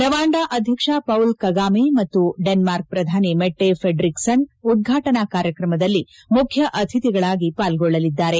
Rwanda ಅಧ್ಯಕ್ಷ Paul Kagame ಮತ್ತು Denmark ಪ್ರಧಾನಿ ಮೆಟ್ಲೆ ಫ್ರೆಡ್ರಿಕ್ಸನ್ ಉದ್ವಾಟನಾ ಕಾರ್ಯಕ್ರಮದಲ್ಲಿ ಮುಖ್ಯ ಅತಿಥಿಗಳಾಗಿ ಪಾಲ್ಗೊಳ್ಳಲಿದ್ದಾರೆ